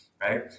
right